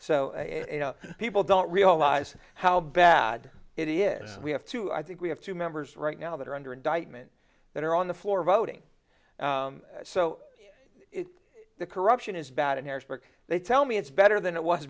so people don't realize how bad it is and we have to i think we have two members right now that are under indictment that are on the floor voting so the corruption is bad in harrisburg they tell me it's better than it was